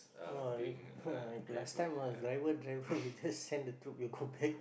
ah if ah if last time ah driver driver he just send the troop will go back